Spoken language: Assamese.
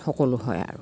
সকলো হয় আৰু